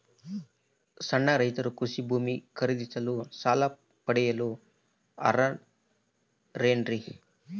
ಸಣ್ಣ ರೈತರು ಕೃಷಿ ಭೂಮಿ ಖರೇದಿಸಲು ಸಾಲ ಪಡೆಯಲು ಅರ್ಹರೇನ್ರಿ?